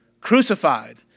crucified